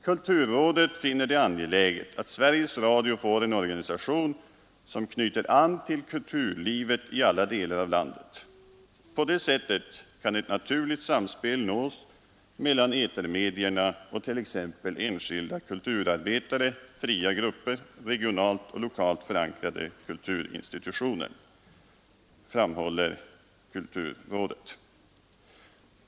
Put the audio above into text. Kulturrådet finner det angeläget att Sveriges Radio får en organisation som knyter an till kulturlivet i alla delar av landet. På det sättet kan ett naturligt samspel nås mellan etermedierna och t.ex. enskilda kulturarbetare, fria grupper och regionalt och lokalt förankrade kulturinstitutioner, framhåller kulturrådet.